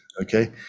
Okay